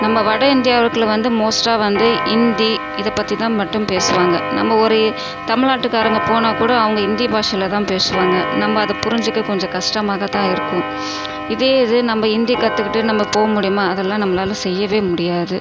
நம்ம வட இந்தியாவுக்குள்ளே வந்து மோஸ்ட்டாக வந்து இந்தி இதை பற்றி தான் மட்டும் பேசுவாங்க நம்ம ஒரு தமிழ்நாட்டுக்காரங்க போனால் கூட அவங்க ஹிந்தி பாஷையில் தான் பேசுவாங்க நம்ம அதை புரிஞ்சிக்க கொஞ்சம் கஷ்டமாகத்தான் இருக்கும் இதே இது நம்ம ஹிந்தி கத்துக்கிட்டு நம்ம போக முடியுமா அதெல்லாம் நம்மளால் செய்யவே முடியாது